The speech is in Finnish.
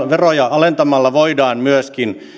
veroja alentamalla voidaan myöskin